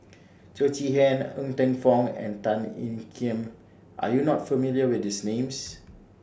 Teo Chee Hean Ng Teng Fong and Tan Ean Kiam Are YOU not familiar with These Names